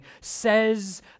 says